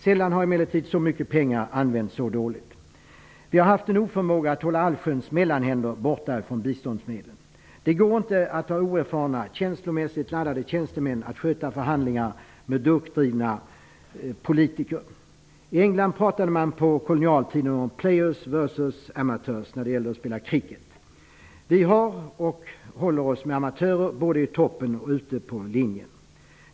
Sällan har emellertid så mycket pengar använts så dåligt. Vi har haft en oförmåga att hålla allsköns mellanhänder borta från biståndsmedlen. Det går inte att låta oerfarna, känslomässigt laddade tjänstemän sköta förhandlingar med durkdrivna politiker. I England pratade man på kolonialtiden om ''players versus amateurs'' när det gällde att spela cricket. Vi håller oss med amatörer både i toppen och ute på linjen.